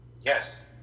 Yes